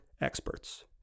experts